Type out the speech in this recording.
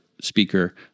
speaker